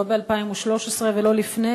לא ב-2013 ולא לפני,